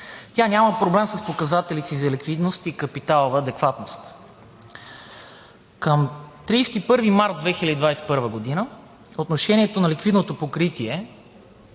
тя няма проблем с показателите си за ликвидност и капиталова адекватност. Към 31 март 2021 г. отношението на ликвидното покритие